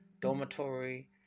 dormitory